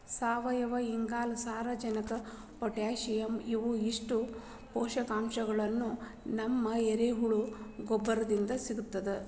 ಸಾವಯುವಇಂಗಾಲ, ಸಾರಜನಕ ಪೊಟ್ಯಾಸಿಯಂ ಇವು ಇಷ್ಟು ಪೋಷಕಾಂಶಗಳು ನಮಗ ಎರೆಹುಳದ ಗೊಬ್ಬರದಿಂದ ಸಿಗ್ತದ